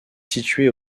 située